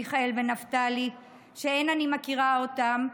מיכאל ונפתלי, שאין אני מכירה אותם,